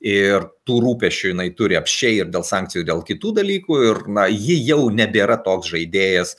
ir tų rūpesčių jinai turi apsčiai ir dėl sankcijų dėl kitų dalykų ir na ji jau nebėra toks žaidėjas